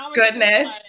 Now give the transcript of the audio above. goodness